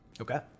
Okay